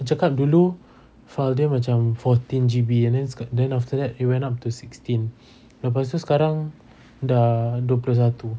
dia cakap dulu file dia macam fourteen G_B and then then after that it went up to sixteen lepas tu sekarang dah dua puluh satu